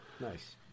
Nice